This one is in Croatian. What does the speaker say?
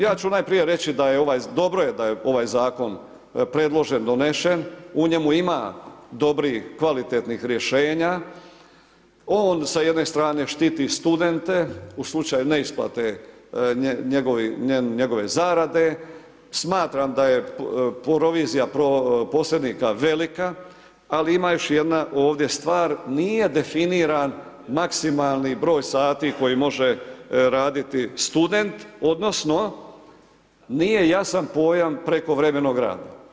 Ja ću najprije reći da je ovaj, dobro je da je ovaj zakon predložen donešen u njemu ima dobrih, kvalitetnih rješenja on sa jedne strane štiti studente u slučaju ne isplate njegove zarade, smatram da je provizija posrednika velika ali ima još jedna ovdje stvar nije definiran maksimalni broj sati koji može raditi student, odnosno nije jasan pojam prekovremenog rada.